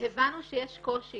והבנו שיש קושי